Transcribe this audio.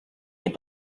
des